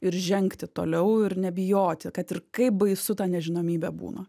ir žengti toliau ir nebijoti kad ir kaip baisu ta nežinomybė būna